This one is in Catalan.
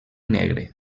negre